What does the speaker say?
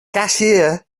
cashier